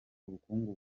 ubukungu